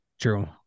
True